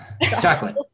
Chocolate